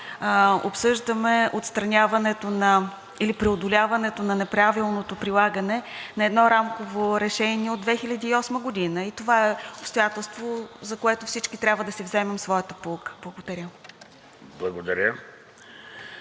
обсъждаме отстраняването или преодоляването на неправилното прилагане на едно рамково решение от 2008 г. и това е обстоятелство, за което всички трябва да си вземем своята поука. Благодаря.